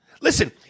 Listen